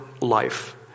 life